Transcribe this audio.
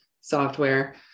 software